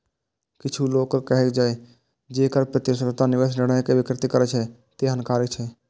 किछु लोकक कहब छै, जे कर प्रतिस्पर्धा निवेश निर्णय कें विकृत करै छै, तें हानिकारक छै